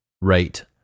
rate